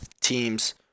teams